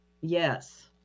yes